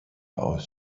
aus